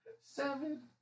Seven